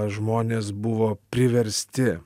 žmonės buvo priversti